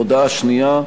הודעה שנייה: